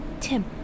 Tim